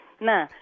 nah